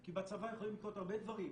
כי בצבא הם יכולים לתפוס הרבה דברים.